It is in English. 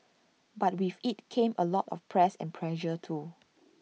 but with IT came A lot of press and pressure too